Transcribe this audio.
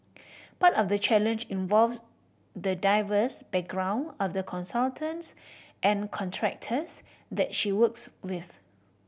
part of the challenge involves the diverse background of the consultants and contractors that she works with